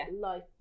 life